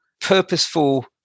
purposeful